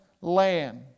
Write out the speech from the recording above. land